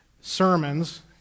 sermons